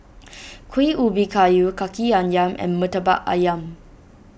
Kuih Ubi Kayu Kaki Ayam and Murtabak Ayam